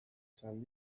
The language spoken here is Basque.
esan